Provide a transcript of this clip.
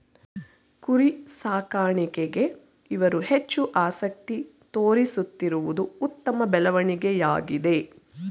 ಕುರಿ ಸಾಕಾಣಿಕೆಗೆ ಇವರು ಹೆಚ್ಚು ಆಸಕ್ತಿ ತೋರಿಸುತ್ತಿರುವುದು ಉತ್ತಮ ಬೆಳವಣಿಗೆಯಾಗಿದೆ